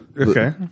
Okay